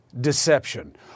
deception